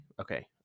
Okay